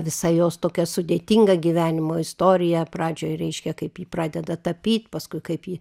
visa jos tokia sudėtinga gyvenimo istorija pradžioj reiškia kaip ji pradeda tapyt paskui kaip ji